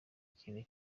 ikintu